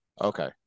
Okay